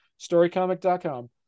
storycomic.com